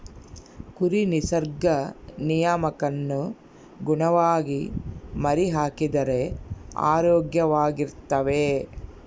ಕುರಿ ನಿಸರ್ಗ ನಿಯಮಕ್ಕನುಗುಣವಾಗಿ ಮರಿಹಾಕಿದರೆ ಆರೋಗ್ಯವಾಗಿರ್ತವೆ